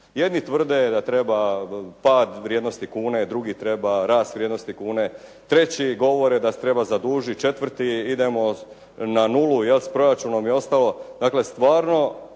Jedni tvrde da treba pad vrijednosti kune, drugi treba rast vrijednosti kune, treći govore da se treba zaslužiti, četvrti idemo na nulu s proračunom i ostalo.